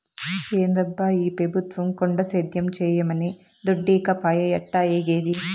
ఏందబ్బా ఈ పెబుత్వం కొండ సేద్యం చేయమనె దుడ్డీకపాయె ఎట్టాఏగేది